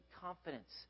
confidence